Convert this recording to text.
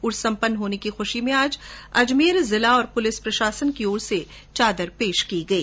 उर्स संम्पन्न होने की ख्शी में आज अजमेर जिला और पुलिस प्रशासन की ओर से चादर पेश की गई